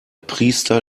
priester